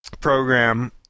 program